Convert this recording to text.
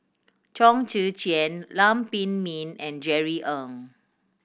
Chong Tze Chien Lam Pin Min and Jerry Ng